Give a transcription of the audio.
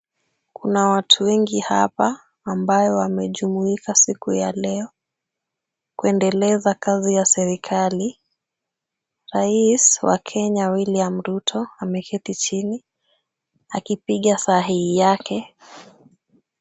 Kuna watu wengi hapa ambayo wamejumuika siku ya leo, kuendeleza kazi ya serikali. Rais wa Kenya William Ruto ameketi chini, akipiga sahihi yake.